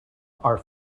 are